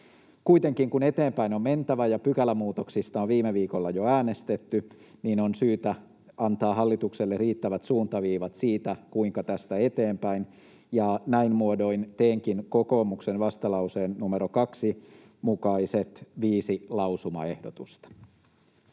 Kuitenkin kun eteenpäin on mentävä ja pykälämuutoksista on viime viikolla jo äänestetty, on syytä antaa hallitukselle riittävät suuntaviivat siitä, kuinka tästä eteenpäin. Näin muodoin teenkin kokoomuksen vastalauseen numero 2 mukaiset viisi lausumaehdotusta.